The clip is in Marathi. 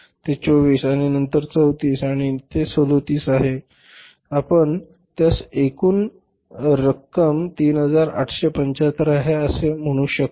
ते 24 आणि नंतर 34 आहे आणि ते 37 आहे आपण त्यास एकूण रक्कम 3875 आहे असे म्हणू शकतो